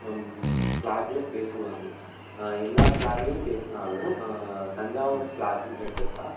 ஸ்லாங்ல பேசுவாங்க எல்லா ஸ்லாங்லையும் பேசுனாலும் தஞ்சாவூர் ஸ்லாங்னு எடுத்துக்கிட்டால்